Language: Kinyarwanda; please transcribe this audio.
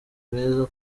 meza